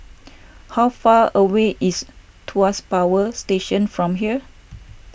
how far away is Tuas Power Station from here